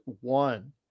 one